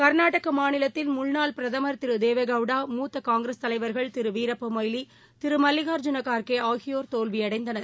கர்நாடகமாநிலத்தில் முன்னாள் பிரதமர் திருதேவேகவுடா தலைவர்கள் மூத்தகாங்கிரஸ் திருவீரப்பமொய்லி திருமல்லிகார்ஜுன் கார்கேஆகியோர் தோல்வியடைந்தனர்